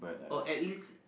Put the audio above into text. oh at least